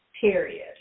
period